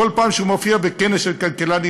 כל פעם שהוא מופיע בכנס של כלכלנים,